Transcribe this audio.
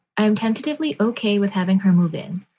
i am tentatively ok with having her move in.